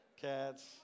cats